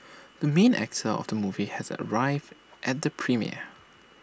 the main actor of the movie has arrived at the premiere